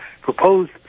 proposed